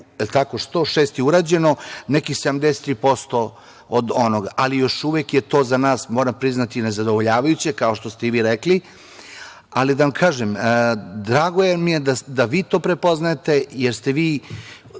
106 je urađeno, nekih 73% od onoga, ali još uvek je to za nas, moram priznati, nezadovoljavajuće kao što ste i vi rekli, ali da vam kažem, drago mi je da vi to prepoznajete jer ste vi,